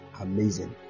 Amazing